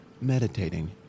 meditating